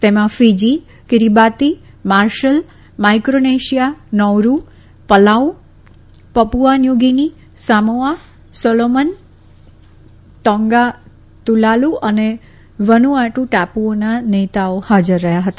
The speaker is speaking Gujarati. તેમાં Fiji Kiribati Marshall Micronesia Nauru Palau Papua New Guinea Samoa Solomon Tonga Tuvalu અને વનુઆટુ ટાપુઓના નેતાઓ હાજર રહયાં હતા